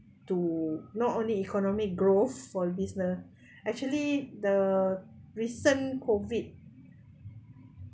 to not only economic growth for business actually the recent COVID